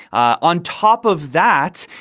ah on top of that,